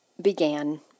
began